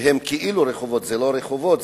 שהם כאילו רחובות, זה לא רחובות.